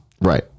right